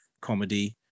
comedy